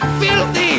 filthy